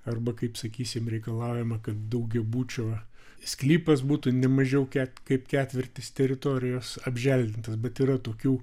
arba kaip sakysim reikalaujama kad daugiabučio sklypas būtų ne mažiau kaip ketvirtis teritorijos apželdintas bet yra tokių